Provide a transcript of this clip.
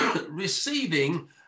receiving